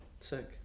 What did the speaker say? Sick